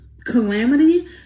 Calamity